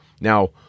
Now